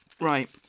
Right